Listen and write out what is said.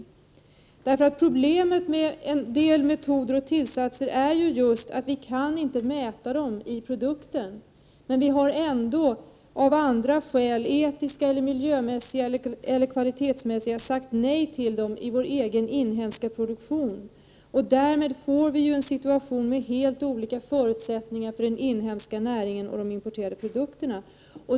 Problemet med en del metoder och tillsatser är ju just att vi inte kan mäta dem i produkten. Men vi har ändå av andra skäl — etiska, miljömässiga eller kvalitetsmässiga — sagt nej till dem i vår egen inhemska produktion. Därmed får vi en situation med helt olika förutsättningar för den inhemska näringen och de importerade produkterna.